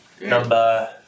number